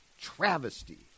travesty